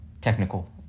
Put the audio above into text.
technical